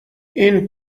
این